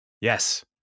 yes